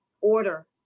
order